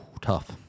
Tough